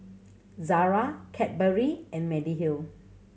Zara Cadbury and Mediheal